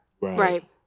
Right